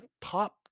pop